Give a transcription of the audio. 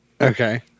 okay